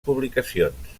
publicacions